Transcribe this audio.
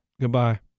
goodbye